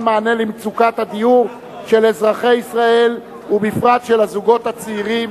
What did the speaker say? מענה למצוקת הדיור של אזרחי ישראל ובפרט של הזוגות הצעירים,